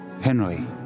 Henry